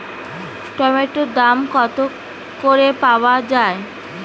টমেটোর দাম কত করে পাওয়া যায়?